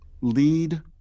lead